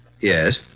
Yes